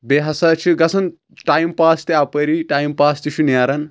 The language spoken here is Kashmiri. بییٚہِ ہسا چھِ گژھان ٹایم پاس تہِ اپٲری ٹایم تہِ چھُ نیران